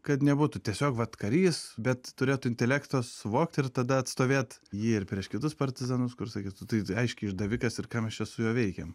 kad nebūtų tiesiog vat karys bet turėtų intelekto suvokt ir tada atstovėt jį ir prieš kitus partizanus kur sakys tai tai aiškiai išdavikas ir ką mes čia su juo veikiam